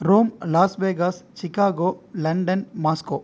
Rome Las Vegas Chicago London Moscow